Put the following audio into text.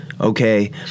Okay